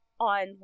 on